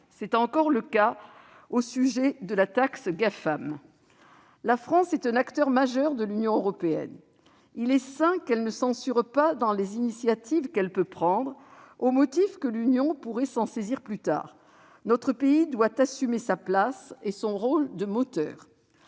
Amazon, Facebook, Apple, Microsoft. La France est un acteur essentiel de l'Union européenne. Il est sain qu'elle ne se censure pas dans les initiatives qu'elle peut prendre, au motif que l'Union pourrait s'en saisir plus tard. Notre pays doit assumer sa place et son rôle moteur.